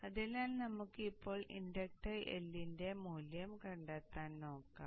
അതിനാൽ നമുക്ക് ഇപ്പോൾ ഇൻഡക്ടർ L ന്റെ മൂല്യം കണ്ടെത്തുന്നത് നോക്കാം